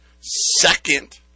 Second